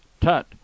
Tut